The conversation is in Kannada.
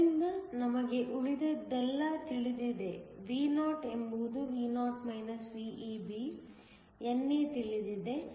ಆದ್ದರಿಂದ ನಮಗೆ ಉಳಿದದ್ದೆಲ್ಲ ತಿಳಿದಿದೆ Vo ಎಂಬುದುVo VEB NA ತಿಳಿದಿದೆ